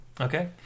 Okay